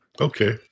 Okay